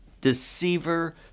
deceiver